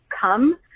come